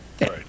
Right